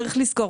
צריך לזכור,